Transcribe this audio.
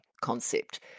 concept